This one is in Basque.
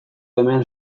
hemen